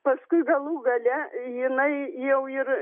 paskui galų gale jinai jau ir